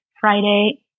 friday